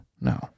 No